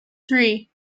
three